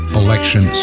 election